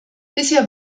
bisher